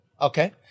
Okay